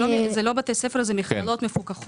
זה לא בתי ספר אלא זה מכללות מפוקחות.